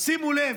שימו לב,